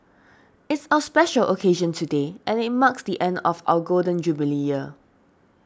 it's a special occasion today and it marks the end of our Golden Jubilee year